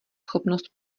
schopnost